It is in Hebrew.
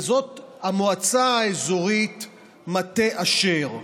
המועצה האזורית מטה אשר.